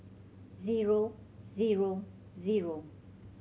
zero zero zero